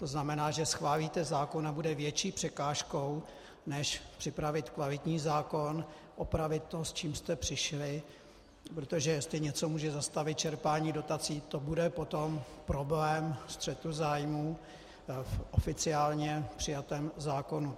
To znamená, že schválíte zákon a bude větší překážkou než připravit kvalitní zákon, opravit to, s čím jste přišli, protože jestli něco může zastavit čerpání dotací, tak to bude potom problém střetu zájmů v oficiálně přijatém zákonu.